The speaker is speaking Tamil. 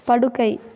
படுக்கை